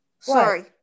Sorry